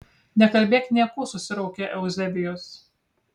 nekalbėk niekų susiraukė euzebijus